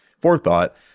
forethought